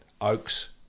Oaks